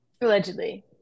Allegedly